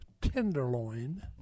tenderloin